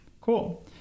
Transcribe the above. Cool